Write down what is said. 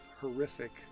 horrific